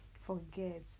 forget